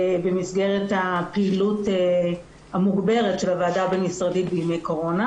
במסגרת הפעילות המוגברת של הוועדה הבין משרדית בימי קורונה,